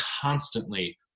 constantly